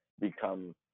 become